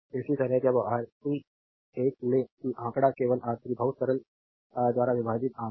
इसी तरह जब आरसी एक ले कि अंकक केवल R3 बहुत सरल द्वारा विभाजित आम है